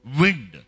Wind